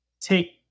take